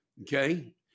Okay